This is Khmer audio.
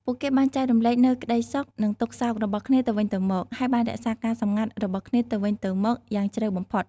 ពួកគេបានចែករំលែកនូវក្តីសុខនិងទុក្ខសោករបស់គ្នាទៅវិញទៅមក ហើយបានរក្សាការសម្ងាត់របស់គ្នាទៅវិញទៅមកយ៉ាងជ្រៅបំផុត។